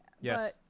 yes